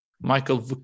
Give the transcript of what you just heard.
Michael